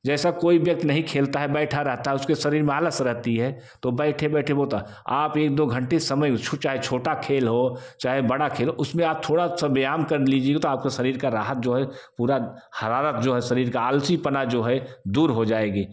जैसा कोई व्यक्ति नहीं खेलता है बैठा रहता है उसके शरीर में आलस रहता है तो बैठे बैठे वोत आप एक दो घंटे उसको चाहे छोटा खेल हो चाहे बड़ा खेल हो उसमें आप थोड़ा सा व्यायाम कर लीजिए तो आपका शरीर को राहत जो है पूरा हरारत जो है शरीर का आलासीपना जो है दूर हो जाएगा